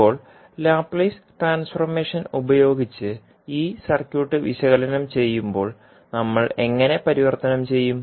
ഇപ്പോൾ Laplace transformation ഉപയോഗിച്ച് ഈ സർക്യൂട്ട് വിശകലനം ചെയ്യുമ്പോൾ നമ്മൾ എങ്ങനെ പരിവർത്തനം ചെയ്യും